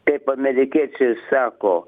kaip amerikiečiai sako